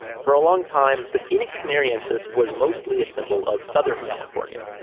for a long time, the phoenix canariensis was mostly a symbol of southern california.